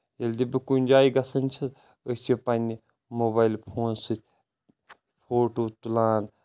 ییٚلہِ تہِ بہٕ کُنہِ جایہِ گژھن چھس أسۍ چھِ پننہِ موبایل فون سۭتۍ فوٹو تُلان